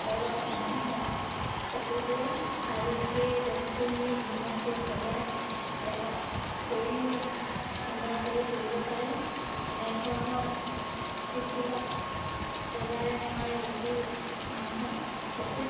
ওপৰত মানুহে চকু দিয়ে আৰু সেই বস্তু নি ধুনীয়াকৈ সজাই এটা ড্ৰয়িং ৰুম সুন্দৰ কৰি তুলিব পাৰে এনেধৰণৰ চিটবিলাক বজাৰে সমাৰে বিকিও মানুহে বহুত